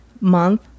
Month